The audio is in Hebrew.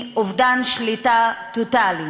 אובדן שליטה טוטלי.